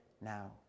now